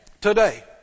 today